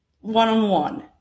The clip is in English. one-on-one